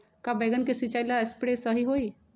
का बैगन के सिचाई ला सप्रे सही होई?